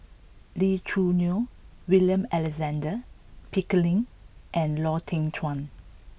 Lee Choo Neo William Alexander Pickering and Lau Teng Chuan